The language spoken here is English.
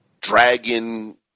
Dragon